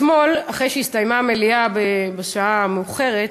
אתמול, אחרי שהסתיימה המליאה, בשעה מאוחרת,